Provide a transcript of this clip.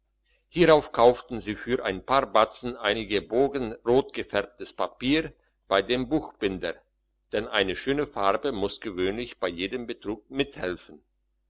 hierauf kauften sie für ein paar batzen einige bogen rotgefärbtes papier bei dem buchbinder denn eine schöne farbe muss gewöhnlich bei jedem betrug mithelfen